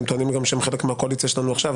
גם טוענים שהם חלק מהקואליציה שלנו עכשיו,